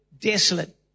Desolate